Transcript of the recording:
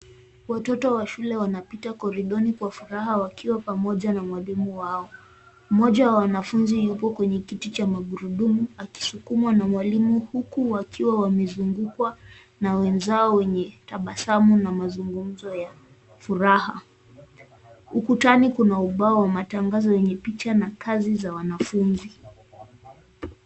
Watoto wa shule wanapita koridoni kwa furaha wakiwa pamoja na mwalimu wao. Mmoja wa wanafunzi yupo kwenye kiti cha magurudumu akisukumwa na mwalimu huku wakiwa wamezungukwa na wenzao wenye tabasamu na mazungumzo ya furaha. Ukutani kuna ubao wa matangazo wenye picha na kazi za wanafunzi.